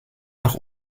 nach